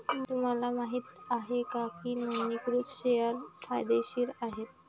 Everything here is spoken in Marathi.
तुम्हाला माहित आहे का की नोंदणीकृत शेअर्स फायदेशीर आहेत?